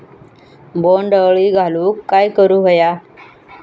बोंड अळी घालवूक काय करू व्हया?